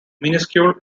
minuscule